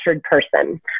person